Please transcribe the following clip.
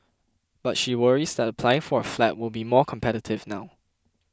but she worries that applying for a flat will be more competitive now